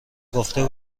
گفته